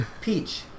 Peach